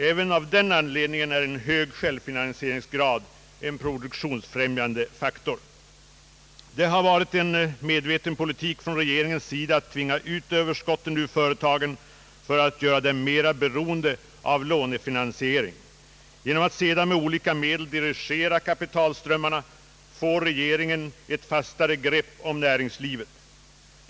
Även av den anledningen är en hög självfinansieringsgrad en produktionsfrämjande faktor. Det har varit en medveten politik från regeringens sida att tvinga ut överskotten ur företagen för att göra dem mera beroende av lånefinansiering. Genom att sedan med olika medel dirigera kapitalströmmarna får regeringen ett fastare grepp om näringslivet.